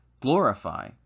glorify